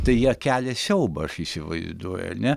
tai jie kelia siaubą aš įsivaizduoju ar ne